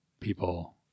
People